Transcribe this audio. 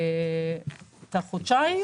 חודשיים,